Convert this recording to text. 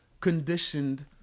conditioned